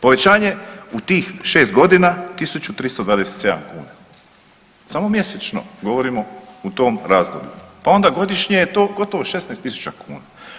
Povećanje u tih šest godina 1.327 kuna, samo mjesečno govorimo u tom razdoblju, pa onda godišnje je to gotovo 16.000 kuna.